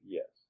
Yes